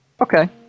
Okay